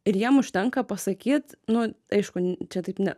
ir jiem užtenka pasakyt nu aišku čia taip ne